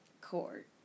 court